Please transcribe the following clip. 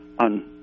on